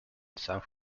south